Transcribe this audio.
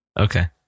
Okay